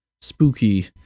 spooky